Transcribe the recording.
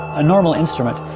a normal instrument.